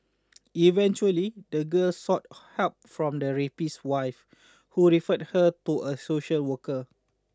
eventually the girl sought help from the rapist's wife who referred her to a social worker